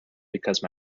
because